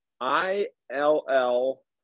I-L-L